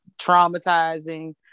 traumatizing